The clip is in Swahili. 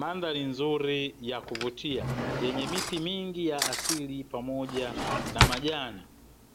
Mandhari nzuri yakuvutia, yenye miti mingi ya asili pamoja na majani,